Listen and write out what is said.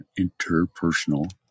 interpersonal